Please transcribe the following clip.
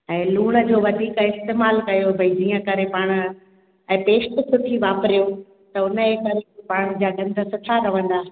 ऐं लूण जो वधीक इस्तेमालु कयो भई जीअं करे पाण ऐं पेस्ट बि सुठी वापरियो त उन जी करे पाण जा डंद सुठा रहंदा